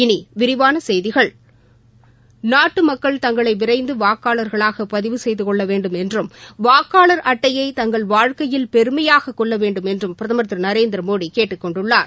இனி விரிவான செய்திகள் நாட்டு மக்கள் தங்களை விரைந்து வாக்காளர்களாக பதிவு செய்து கொள்ளவேண்டும் என்றும் வாக்காளர் அட்டையை தங்கள் வாழ்க்கையில் பெருமையாக கொள்ளவேண்டும் என்றும் பிரதம் திரு நரேந்திரமோடி கேட்டுக்கொண்டுள்ளார்